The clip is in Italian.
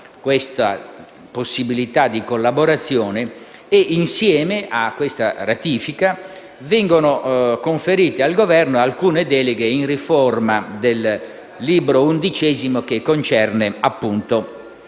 questa possibilità di collaborazione e, insieme a questa ratifica, vengono conferite al Governo alcune deleghe per la riforma del libro XI, che concerne